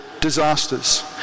disasters